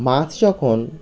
মাছ যখন